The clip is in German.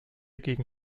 gegen